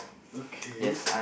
okay